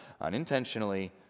unintentionally